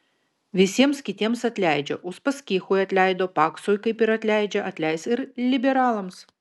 visiems kitiems atleidžia uspaskichui atleido paksui kaip ir atleidžia atleis ir liberalams